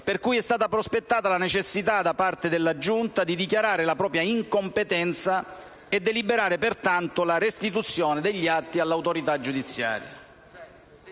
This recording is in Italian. per cui è stata prospettata la necessità da parte della Giunta di dichiarare la propria incompetenza e deliberare, pertanto, la restituzione degli atti all'autorità giudiziaria.